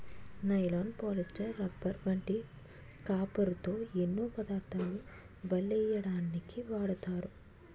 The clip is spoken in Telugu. నైలాన్, పోలిస్టర్, రబ్బర్ వంటి కాపరుతో ఎన్నో పదార్ధాలు వలెయ్యడానికు వాడతారు